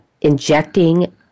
injecting